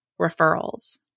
referrals